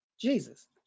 Jesus